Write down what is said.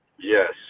Yes